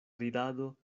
ridado